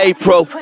April